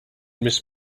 miss